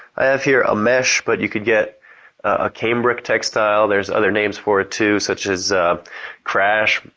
i have here a mesh but you can get a cambric textile, there's other names for it too such as crash,